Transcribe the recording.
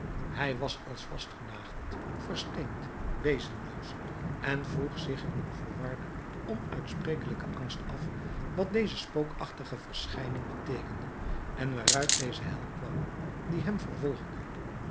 hij was als vastgenageld versteend wezenloos en vroeg zich in een verwarden onuitsprekelijken angst af wat deze spookachtige verschijning beteekende en waaruit deze hel kwam die hem vervolgde